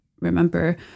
remember